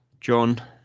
John